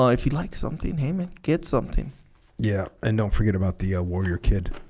ah if you like something hey man get something yeah and don't forget about the ah warrior kid